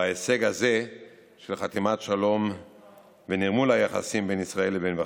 וההישג הזה של חתימת שלום ונרמול היחסים בין ישראל לבין בחריין.